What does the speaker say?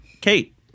Kate